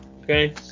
Okay